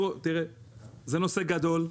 זה נושא גדול,